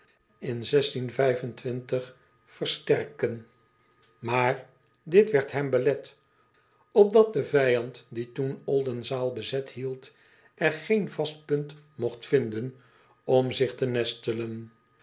in versterken maar dit werd hem belet opdat de vijand die toen ldenzaal bezet hield er geen vast punt mogt vinden om zich te nestelen